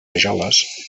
rajoles